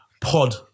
pod